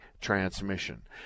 transmission